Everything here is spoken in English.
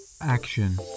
Action